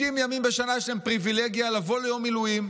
60 ימים בשנה יש להם פריבילגיה לבוא ליום מילואים,